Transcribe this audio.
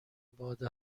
باد